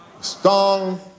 Strong